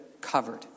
covered